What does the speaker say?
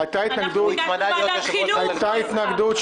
אנחנו ביקשנו ועדת חינוך ולא